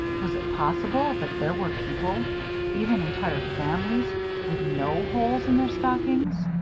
was it possible that there were people even entire families with no holes in their stockings?